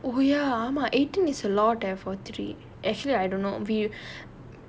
oh ya ஆமா:aamaa eighteen is a lot effort three actually I don't know view